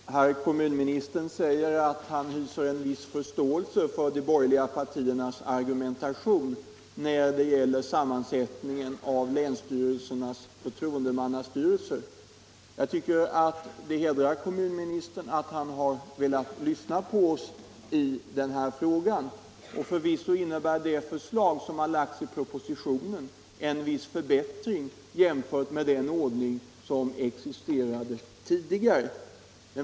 Herr talman! Herr kommunministern säger att han hyser en viss förståelse för de borgerliga partiernas argumentation när det gäller sammansättningen av länsstyrelsernas förtroendemannastyrelse. Jag tycker att det hedrar kommunministern att han har velat lyssna på oss i den här frågan. Förvisso innebär det förslag som har lagts i propositionen en viss för = Nr 136 bättring jämfört med den ordning som existerade tidigare.